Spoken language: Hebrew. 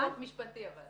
זה ויכוח משפטי אבל.